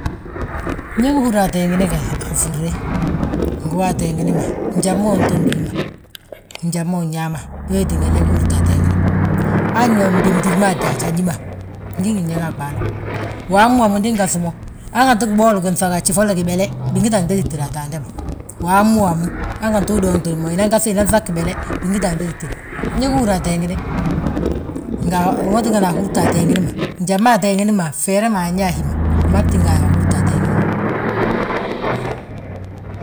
ñég húri a teengini a nfúrre, ngi wa ateengini ma njali mauntongi hi ma. Njali ma unyaama, wee tínga ñe húrta ateengini. Anño mo, mdémtir maa ddaaj, a ñí ma ngí ngi ñég a ɓaale, waamu waamu ndi ndi ngaŧi mo a ɓaale, hanganti giboli gi nŧag mo a gjif, walla gibele, binga a gdéti gtída a taanda ma. Waamu waamu, han ganti uduuŋtini mo, inan gaŧ, inŧag gibele, bingita a gdéti gtída. Ñégi húra ateengini, wi ma tingani ahúta a teengini ma, njali ma ateengini ma bfere ma anyaa ahima, maa tinga ahúrta ateengini ma.